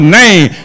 name